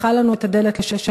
שפתחה לנו את הדלת לשלום.